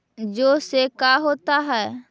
जौ से का होता है?